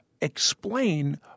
explain